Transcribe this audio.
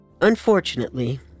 Unfortunately